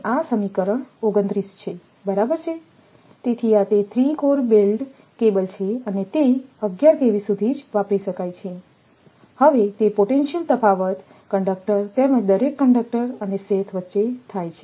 આ સમીકરણ 29 છે બરાબર ને તેથી આ તે 3 કોર બેલ્ટ્ડ કેબલ છે અને તે 11 KV સુધી જ વાપરી શકાય છે તેથી તે પોટેન્શિયલ તફાવત કંડક્ટર તેમજ દરેક કંડક્ટર અને શેથ વચ્ચે થાય છે